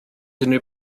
unrhyw